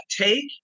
take